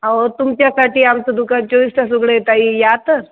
अहो तुमच्यासाठी आमचं दुकान चोवीस तास उघडं आहे ताई या तर